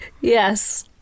Yes